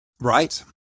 Right